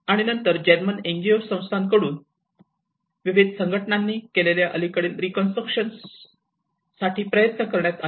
आणि नंतर German NGO संस्थांकडून विविध संघटनांनी केलेले अलीकडील रीकन्स्ट्रक्शन साठे प्रयत्न करण्यात आले